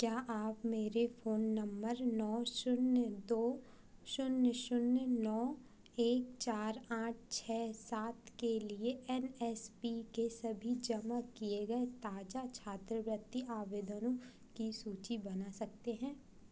क्या आप मेरे फोन नम्बर नौ शून्य दो शून्य शून्य नओ एक चार आठ छह सात के लिए एन एस पी के सभी जमा किए गए ताजा छात्रवृत्ति आवेदन की सूची बना सकते हैं